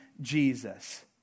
Jesus